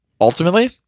ultimately